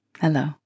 hello